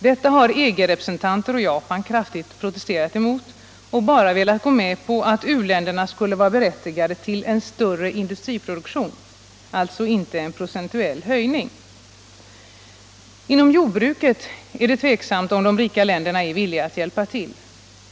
Detta har EG-representanter och Japan kraftigt protesterat emot och bara velat gå med på att u-länderna skulle vara berättigade till ”en större industriproduktion”. Alltså inte en procentuell höjning. Inom jordbruket är det tveksamt om de rika länderna är villiga att hjälpa till.